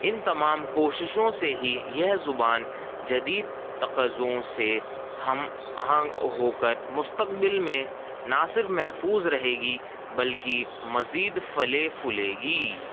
ان تمام کوششوں سے ہی یہ زبان جدید تقاضوں سے ہم آہنگ ہو کر مستقبل میں نہ صرف محفوظ رہے گی بلکہ مزید پھلے پھولے گی